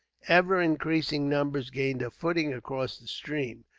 ever increasing numbers gained a footing across the stream,